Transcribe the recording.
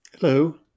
Hello